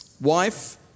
wife